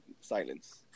silence